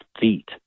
feet